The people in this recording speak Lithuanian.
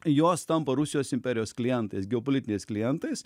jos tampa rusijos imperijos klientais geopolitiniais klientais